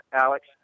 Alex